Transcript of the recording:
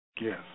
Yes